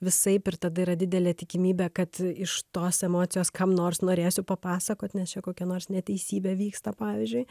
visaip ir tada yra didelė tikimybė kad iš tos emocijos kam nors norėsiu papasakot nes čia kokia nors neteisybė vyksta pavyzdžiui